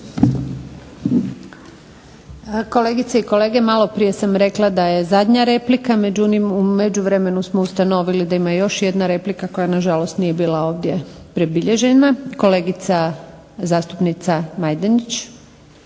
Kolegice i kolege, maloprije sam rekla da je zadnja replika, u međuvremenu smo ustanovili da ima još jedna replika koja nije bila ovdje predbilježena. Kolegica zastupnica Majdenić.